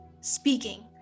speaking